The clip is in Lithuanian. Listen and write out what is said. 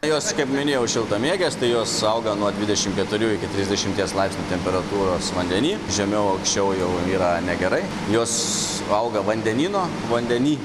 jos kaip minėjau šiltamiegės tai jos auga nuo dvidešim keturių iki trisdešimties laipsnių temperatūros vandeny žemiau anksčiau jau yra negerai jos valgo vandenyno vandeny